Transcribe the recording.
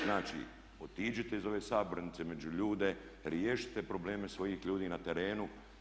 Znači otiđite iz ove sabornice među ljude, riješite probleme svih ljudi na terenu.